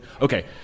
Okay